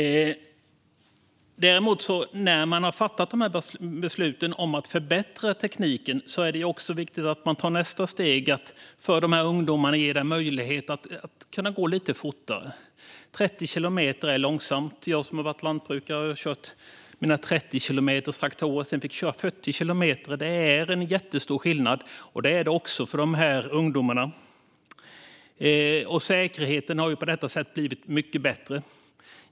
När man nu har fattat dessa beslut om att förbättra tekniken är det också viktigt att ta nästa steg och ge dessa ungdomar möjlighet att köra lite fortare. 30 kilometer i timmen är långsamt. Jag har varit lantbrukare och kört mina 30-kilometerstraktorer, och när jag sedan fick köra 40 kilometer i timmen var det jättestor skillnad. Det är det också för dessa ungdomar. Säkerheten har på detta sätt blivit mycket bättre.